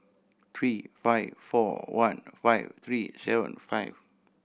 three five four one five three seven five